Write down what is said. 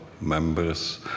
members